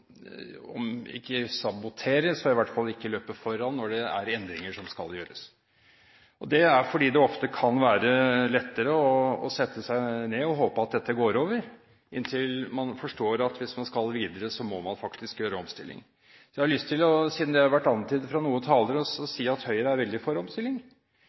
om ikke å sabotere, så i hvert fall å løpe foran når det er endringer som skal gjøres. Det er fordi det ofte kan være lettere å sette seg ned og håpe at dette går over, inntil man forstår at hvis man skal videre, må man faktisk gjøre omstillinger. Så har jeg lyst til – siden det har vært antydet fra noen talere – å si at Høyre er veldig for omstilling.